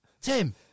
Tim